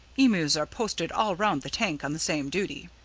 emus are posted all round the tank on the same duty.